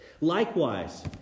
Likewise